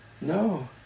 No